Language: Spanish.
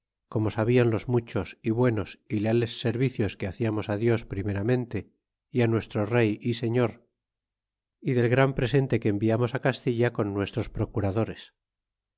como sabian los muchos y buenos y leales servicios que hacíamos dios primeramente y nuestro rey y señor y del gran presente que enviamos castilla con nuestros procuradores